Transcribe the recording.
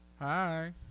Hi